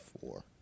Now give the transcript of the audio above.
Four